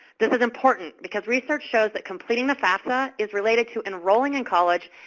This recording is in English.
this is important because research shows that completing the fafsa is related to enrolling in college,